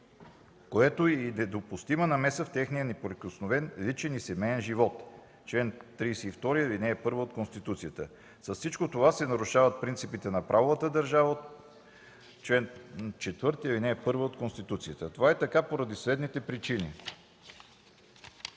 което и недопустима намеса в техния неприкосновен личен и семеен живот – чл. 32, ал. 1 от Конституцията. С всичко това се нарушават принципите на правовата държава – чл. 4, ал. 1 от Конституцията. Това е така поради следните причини: